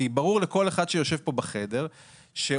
כי ברור לכל אחד שיושב פה בחדר שהורה